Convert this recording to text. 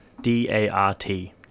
D-A-R-T